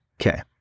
Okay